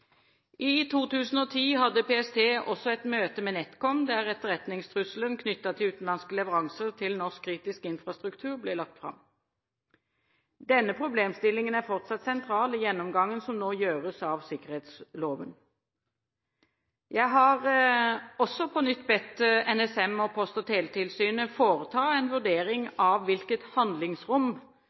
I 2010 hadde PST også et møte med Netcom, der etterretningstrusselen knyttet til utenlandske leveranser til norsk kritisk infrastruktur ble lagt fram. Denne problemstillingen er fortsatt sentral i gjennomgangen som nå gjøres av sikkerhetsloven. Jeg har også på nytt bedt NSM og Post- og teletilsynet foreta en vurdering av hvilket handlingsrom